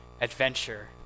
adventure